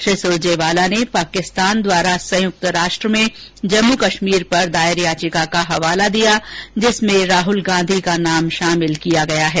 श्री सुरजेवाला ने पाकिस्तान द्वारा संयुक्त राष्ट्र में जम्मू कश्मीर पर दायर याचिका का हवाला दिया जिसमें राहल गांधी का नाम शामिल किया गया है